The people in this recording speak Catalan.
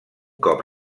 cop